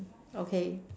okay